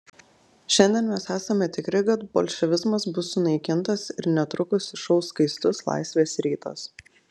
šiandien mes esame tikri kad bolševizmas bus sunaikintas ir netrukus išauš skaistus laisvės rytas